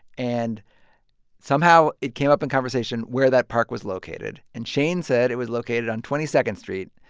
and somehow it came up in conversation where that park was located. and shane said it was located on twenty second street,